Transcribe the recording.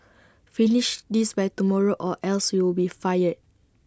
finish this by tomorrow or else you'll be fired